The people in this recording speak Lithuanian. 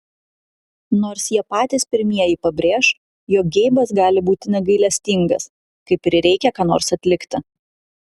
nors jie patys pirmieji pabrėš jog geibas gali būti negailestingas kai prireikia ką nors atlikti